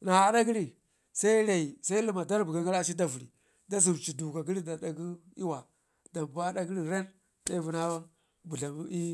na adagəri se limma da ripgən gara aci da vərri da zenci duka gəri dada i'wa danpi ada gəri rel daivuna budlamu i'i.